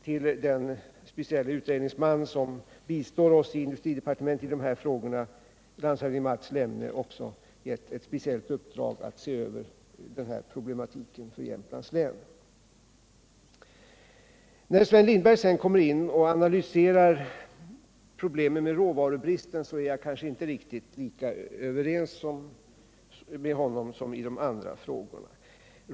Till den speciella utredningsman som bistår oss i departementet i dessa frågor, landshövding Mats Lemne, har jag också gett ett särskilt uppdrag att se över den här problematiken när det gäller Jämtlands län. När Sven Lindberg analyserar problemen med råvarubristen är jag kanske Nr 107 inte riktigt lika överens med honom som då det gäller de andra frågorna.